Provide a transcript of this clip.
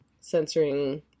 censoring